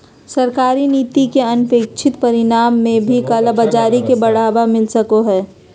सरकारी नीति के अनपेक्षित परिणाम में भी कालाबाज़ारी के बढ़ावा मिल सको हइ